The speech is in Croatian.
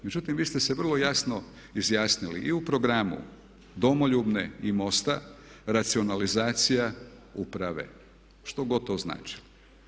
Međutim, vi ste se vrlo jasno izjasnili i u programu Domoljubne i MOST-a, racionalizacija uprave što god to značilo.